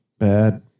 Bad